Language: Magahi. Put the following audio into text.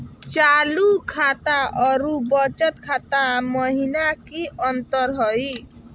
चालू खाता अरू बचत खाता महिना की अंतर हई?